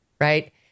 right